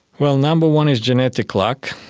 well, number one is genetic luck.